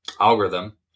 algorithm